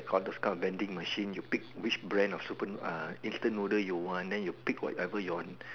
I want those kind of vending machine you pick which brand of super uh instant noodle you want then you pick whatever you want